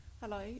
Hello